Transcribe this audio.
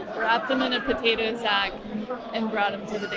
wrapped them in a potato sack and brought them to